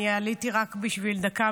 אני עליתי רק לדקה,